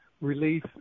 relief